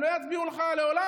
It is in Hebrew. הם לא יצביעו לך לעולם?